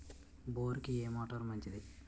బోరుకి ఏ మోటారు మంచిది?